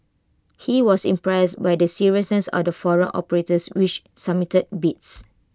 he was impressed by the seriousness of the foreign operators which submitted bids